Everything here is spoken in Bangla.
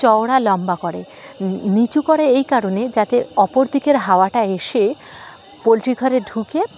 চওড়া লম্বা করে নিচু করে এই কারণে যাতে অপরদিকের হাওয়াটা এসে পোলট্রি ঘরে ঢুকে